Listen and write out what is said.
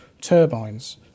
turbines